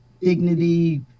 dignity